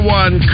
one